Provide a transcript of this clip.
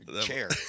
Chair